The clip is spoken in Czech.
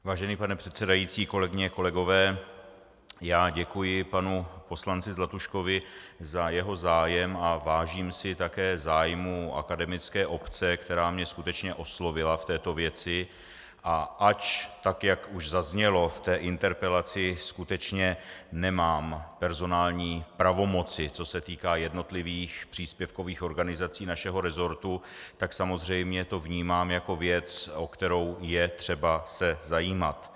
Vážený pane předsedající, kolegyně, kolegové, děkuji panu poslanci Zlatuškovi za jeho zájem a vážím si také zájmu akademické obce, která mě skutečně oslovila v této věci, a ač, tak jak už zaznělo v interpelaci, skutečně nemám personální pravomoci, co se týká jednotlivých příspěvkových organizací našeho resortu, tak samozřejmě to vnímám jako věc, o kterou je třeba se zajímat.